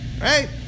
right